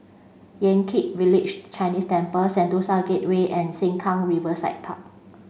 Yan Kit Village Chinese Temple Sentosa Gateway and Sengkang Riverside Park